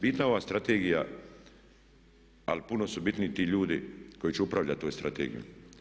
Bitna je ova strategija, ali puno su bitniji tu ljudi koji će upravljati tom strategijom.